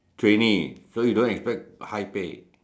trainee so you don't expect high pay